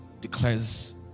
declares